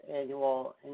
annual